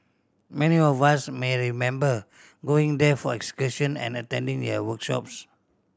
many of us may remember going there for excursion and attending their workshops